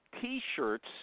T-shirts